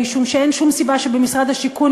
משום שאין שום סיבה שבמשרד השיכון,